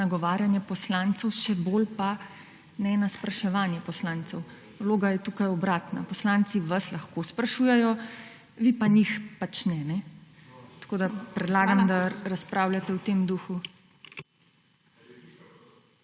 nagovarjanje poslancev, še bolj pa ne na spraševanje poslancev. Vloga je tukaj obratna. Poslanci vas lahko sprašujejo, vi pa njih pač ne. Tako predlagam, da razpravljate v tem duhu.